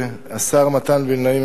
השר מתן וילנאי,